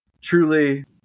truly